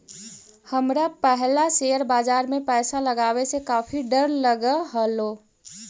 हमरा पहला शेयर बाजार में पैसा लगावे से काफी डर लगअ हलो